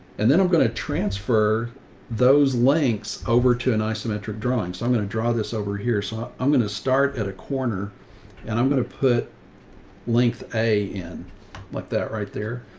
and then i'm going to transfer those lengths over to an isometric drawings. so i'm going to draw this over here. so i'm going to start at a corner and i'm going to put length a n like that right there.